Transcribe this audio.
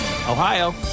Ohio